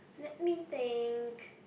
let me think